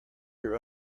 your